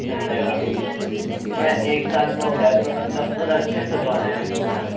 धन्यवाद क्या है एक साल का हो गया तो मतलब पूरा अच्छे से सजवाना है मेरे को है न